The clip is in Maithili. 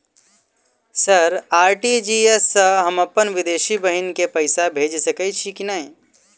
सर आर.टी.जी.एस सँ हम अप्पन विदेशी बहिन केँ पैसा भेजि सकै छियै की नै?